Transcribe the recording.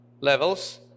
levels